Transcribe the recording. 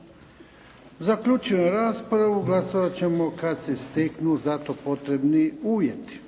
Zaključujem raspravu. Glasovati ćemo kad se steknu za to potrebni uvjeti.